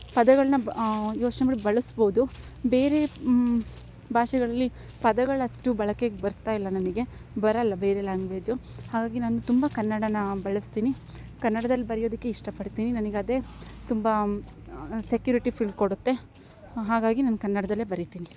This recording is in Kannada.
ಪದಗಳನ್ನ ಬ ಯೋಚನೆ ಮಾಡಿ ಬಳಸ್ಬೌದು ಬೇರೆ ಭಾಷೆಗಳಲ್ಲಿ ಪದಗಳಷ್ಟು ಬಳಕೆಗೆ ಬರ್ತಾ ಇಲ್ಲ ನನಗೆ ಬರೋಲ್ಲ ಬೇರೆ ಲ್ಯಾಂಗ್ವೆಜು ಹಾಗಾಗಿ ನಾನು ತುಂಬ ಕನ್ನಡನ ಬಳಸ್ತಿನಿ ಕನ್ನಡದಲ್ಲಿ ಬರಿಯೊದಕ್ಕೆ ಇಷ್ಟ ಪಡ್ತಿನಿ ನನಗ್ ಅದೆ ತುಂಬ ಸೆಕ್ಯುರಿಟಿ ಫೀಲ್ ಕೊಡುತ್ತೆ ಹಾಗಾಗಿ ನಾನು ಕನ್ನಡದಲ್ಲೇ ಬರಿತಿನಿ